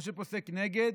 או שפוסק נגד,